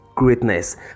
greatness